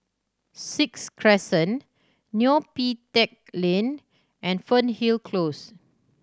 Sixth Crescent Neo Pee Teck Lane and Fernhill Close